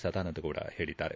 ಸದಾನಂದಗೌಡ ಹೇಳದ್ದಾರೆ